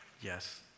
Yes